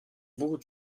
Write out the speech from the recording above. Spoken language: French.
beaucoup